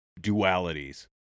dualities